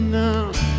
now